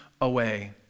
away